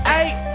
eight